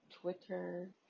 Twitter